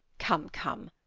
come, come!